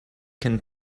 can